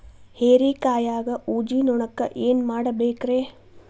ಹೇರಿಕಾಯಾಗ ಊಜಿ ನೋಣಕ್ಕ ಏನ್ ಮಾಡಬೇಕ್ರೇ?